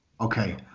okay